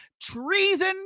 Treason